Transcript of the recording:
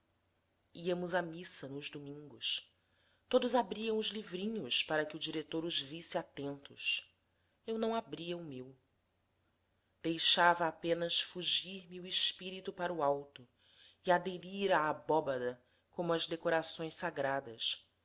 íamos à missa nos domingos todos abriam os livrinhos para que o diretor os visse atentos eu não abria o meu deixava apenas fugir-me o espírito para o alto e aderir à abóbada como as decorações sagradas